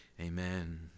Amen